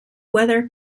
weather